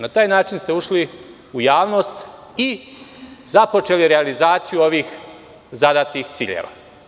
Na taj način, vi ste ušli u javnost i započeli realizaciju ovih zadatih ciljeva.